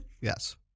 Yes